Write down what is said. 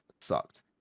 sucked